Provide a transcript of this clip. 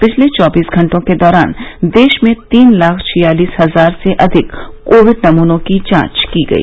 पिछले चौबीस घंटों के दौरान देश में तीन लाख छियालीस हजार से अधिक कोविड नमूनों की जांच की गई